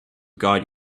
guide